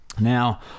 Now